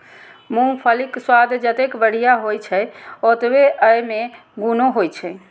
मूंगफलीक स्वाद जतेक बढ़िया होइ छै, ओतबे अय मे गुणो होइ छै